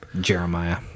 jeremiah